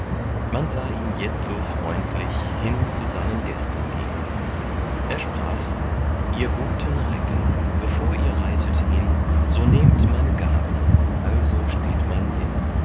man sah ihn jetzo freundlich hin zu seinen gästen gehn er sprach ihr guten recken bevor ihr reitet hin so nehmt meine gaben also steht mein sinn